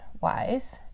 wise